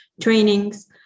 trainings